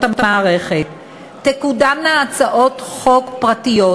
המערכת תקודמנה הצעות חוק פרטיות,